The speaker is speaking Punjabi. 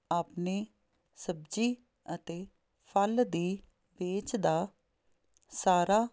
ਆਪਣੇ ਸਬਜ਼ੀ ਅਤੇ ਫਲ ਦੀ ਵੇਚ ਦਾ ਸਾਰਾ